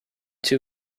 two